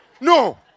No